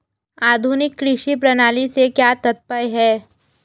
आधुनिक कृषि प्रणाली से क्या तात्पर्य है?